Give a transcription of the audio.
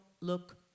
look